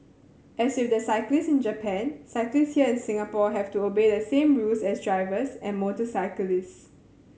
as with the cyclists in Japan cyclists here in Singapore have to obey the same rules as drivers and motorcyclists